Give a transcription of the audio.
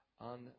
on